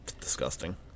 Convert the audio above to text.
Disgusting